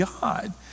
god